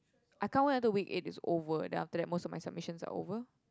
I can't wait until week eight is over then after that most of my submissions are over